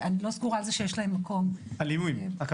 אני לא סגורה על זה שיש להם מקום.